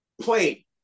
play